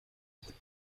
would